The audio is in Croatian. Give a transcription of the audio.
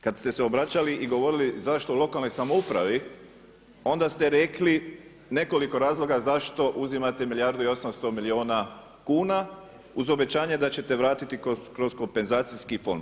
Kad ste se obraćali i govorili zašto lokalnoj samoupravi, onda ste rekli nekoliko razloga zašto uzimate milijardu i 800 milijuna kuna uz obećanje da ćete vratiti kroz kompenzacijski fond.